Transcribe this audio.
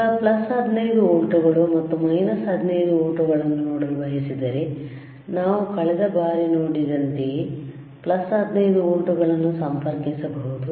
ಈಗ 15 ವೋಲ್ಟ್ಗಳು ಮತ್ತು 15 ವೋಲ್ಟ್ಗಳನ್ನು ನೋಡಲು ಬಯಸಿದರೆ ನಾವು ಕಳೆದ ಬಾರಿ ನೋಡಿದಂತೆಯೇ 15 ವೋಲ್ಟ್ಗಳನ್ನು ಸಂಪರ್ಕಿಸಬಹುದು